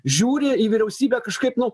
žiūri į vyriausybę kažkaip nu